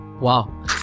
Wow